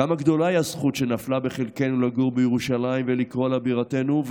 כמה גדולה היא הזכות שנפלה בחלקנו לגור בירושלים ולקרוא לה בירתנו,